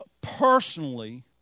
personally